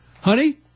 Honey